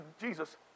Jesus